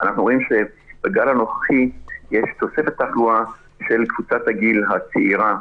אנחנו רואים שבגל הנוכחי יש תוספת תחלואה של קבוצת הגיל הצעירה,